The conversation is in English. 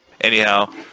anyhow